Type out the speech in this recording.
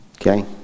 Okay